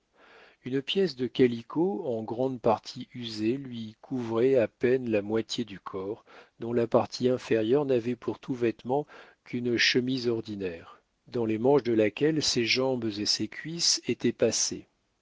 une pièce de calicot en grande partie usée lui couvrait à peine la moitié du corps dont la partie inférieure n'avait pour tout vêtement qu'une chemise ordinaire dans les manches de laquelle ses jambes et ses cuisses étaient passées